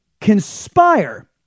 conspire